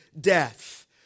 death